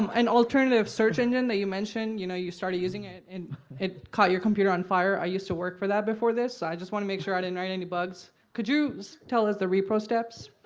um an alternative search engine, that you mentioned, you know, you started using it and it caught your computer on fire. i used to work for that before this and i just want to make sure i didn't write any bugs. could you tell us the repro steps?